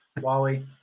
wally